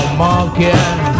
monkey